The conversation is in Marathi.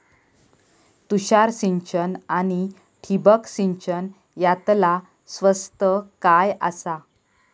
तुषार सिंचन आनी ठिबक सिंचन यातला स्वस्त काय आसा?